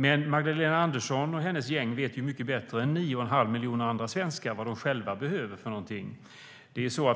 Men Magdalena Andersson och hennes gäng vet mycket bättre än 9 1⁄2 miljon andra svenskar vad de behöver.